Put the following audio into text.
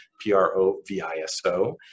P-R-O-V-I-S-O